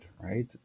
right